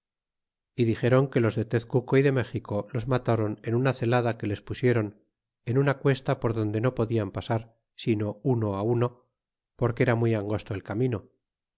y dixéron que los de tezcuco y de méxico los mataron en una celada que les pusiéron en una cuesta por donde no podian pasar sino uno uno porque era muy angosto el camino